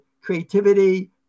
creativity